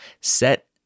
set